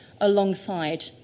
alongside